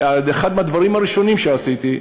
אחד מהדברים הראשונים שעשיתי,